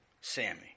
Sammy